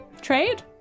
Trade